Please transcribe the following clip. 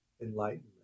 enlightenment